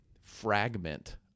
fragment